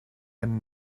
einen